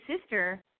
sister